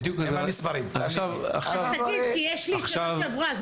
אז תגיד כי יש לי את שנה שעברה,